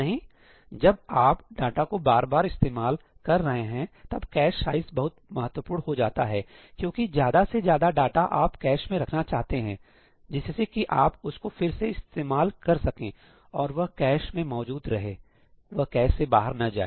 नहीं जब आप डाटा को बार बार इस्तेमाल कर रहे हैं तब कैश साइज बहुत महत्वपूर्ण हो जाता है क्योंकि ज्यादा से ज्यादा डाटा आप कैश में रखना चाहते हैं जिससे कि आप उसको फिर से इस्तेमाल कर सकें और वह कैश में मौजूद रहे वह कैश से बाहर न जाए